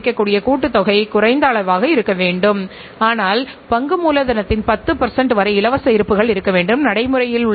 இந்த இரண்டு துறைகள் சார்ந்த அடிப்படை அறிவை பெற்றிருக்க வேண்டும் என்கின்ற முன் நிபந்தனையோடு இந்தப் பாடத் திட்டம் அறிமுகப்படுத்தப்பட்டது